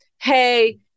hey